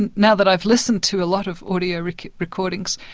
and now that i've listened to a lot of audio recordings,